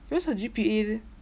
cause her G_P_A